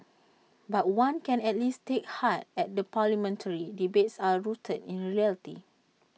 but one can at least take heart that the parliamentary debates are rooted in reality